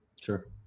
sure